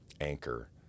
Anchor